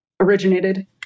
originated